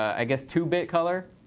i guess, two bit color?